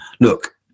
look